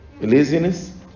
laziness